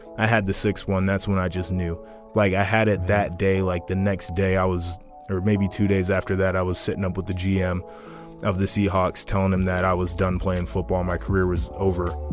i had the sixth one that's when i just knew like i had it that day like the next day i was maybe two days after that i was sitting up with the gm of the seahawks telling them that i was done playing football my career was over